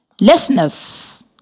Listeners